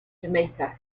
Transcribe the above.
jamaica